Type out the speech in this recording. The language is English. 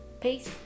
Peace